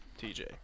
TJ